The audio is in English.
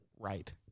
Right